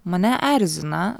mane erzina